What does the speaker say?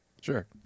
Sure